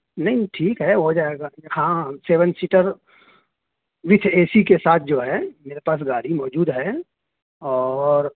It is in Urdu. نہیں ٹھیک ہے ہو جائے گا ہاں seven seater with A C کے ساتھ جو ہے میرے پاس گاڑی موجود ہے اور